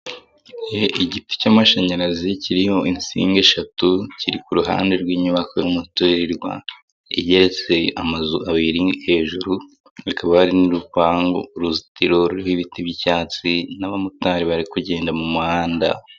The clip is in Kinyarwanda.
Igiti cy'amashanyarazi kiriho insinga eshatu kiri ku ruhande rw'inyubako y'umuturirwa igeretse amazu abiri hejuru, hakaba hari n'urupangu uruzitiro ruriho ibiti by'icyatsi n'abamotari bari kugenda mu muhanda.